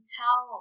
tell